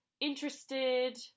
interested